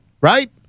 Right